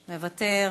מוותר.